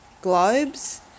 globes